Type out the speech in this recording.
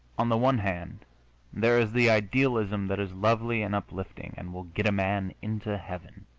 on the one hand there is the idealism that is lovely and uplifting and will get a man into heaven,